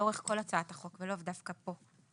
לאורך כל הצעת החוק ולאו דווקא כאן.